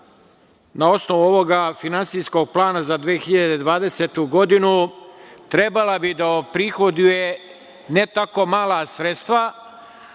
na osnovu ovog finansijskog plana za 2020. godinu, trebala bi da oprihoduje ne tako mala sredstva.